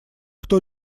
кто